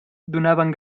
donaven